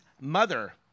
mother